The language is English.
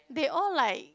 they all like